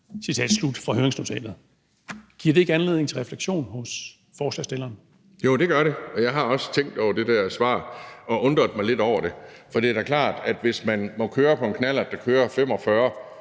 i de unges øjne. Giver det ikke anledning til refleksion hos forslagsstilleren? Kl. 15:21 Kristian Pihl Lorentzen (V): Jo, det gør det, og jeg har også tænkt over det der svar og undret mig lidt over det. For det er da klart, at hvis man må køre på en knallert, der kører 45